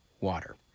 water